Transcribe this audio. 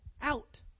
out